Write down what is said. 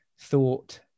thought